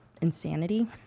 insanity